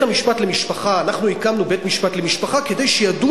אנחנו הקמנו בית-משפט למשפחה כדי שידון